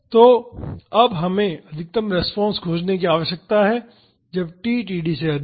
तो अब हमें अधिकतम रिस्पांस खोजने की आवश्यकता है जब t td से अधिक हो